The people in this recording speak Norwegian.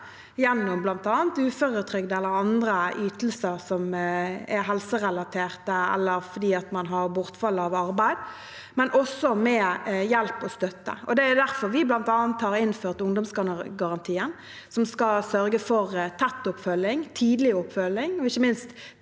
gjennom bl.a. uføretrygd eller andre ytelser som er helserelatert eller fordi man har bortfall av arbeid, men også med hjelp og støtte. Det er derfor vi bl.a. har innført ungdomsgarantien, som skal sørge for tett oppfølging, tidlig oppfølging